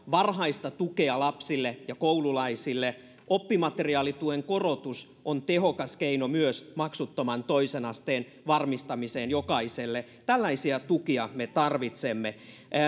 varhaista tukea lapsille ja koululaisille oppimateriaalituen korotus on tehokas keino myös maksuttoman toisen asteen varmistamiseen jokaiselle tällaisia tukia me tarvitsemme